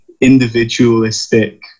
individualistic